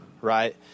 right